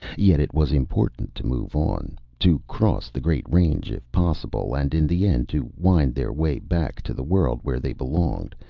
yet it was important to move on, to cross the great range if possible, and in the end to wind their way back to the world where they belonged.